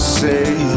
say